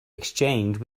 exchange